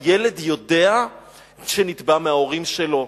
הילד יודע שנתבע מההורים שלו,